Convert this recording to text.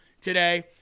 today